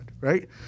right